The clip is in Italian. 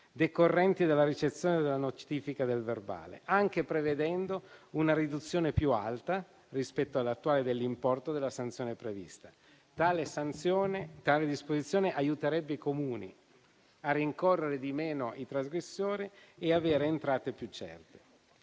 decorrenti dalla ricezione della notifica del verbale, anche prevedendo una riduzione più alta, rispetto all'attuale, dell'importo della sanzione prevista. Tale disposizione aiuterebbe i comuni a rincorrere di meno i trasgressori e avere entrate più certe.